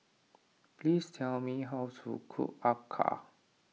please tell me how to cook Acar